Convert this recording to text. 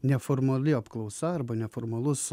neformali apklausa arba neformalus